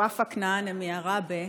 ופאא כנאענה עבאהרה,